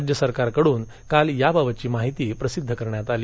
राज्य सरकारकडून काल याबाबतची माहिती प्रसिद्ध करण्यात आली